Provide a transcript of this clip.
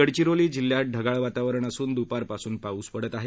गडचिरोली जिल्ह्यात ढगाळ वातावरण असून दुपारपासून पाऊस पडत आहे